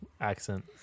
accent